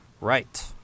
Right